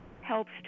helps